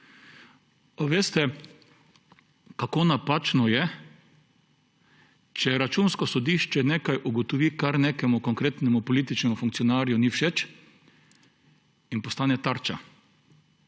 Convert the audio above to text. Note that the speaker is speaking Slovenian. Veste, kako napačno je, če Računsko sodišče ugotovi nekaj, kar nekemu konkretnemu političnemu funkcionarju ni všeč, in postane tarča?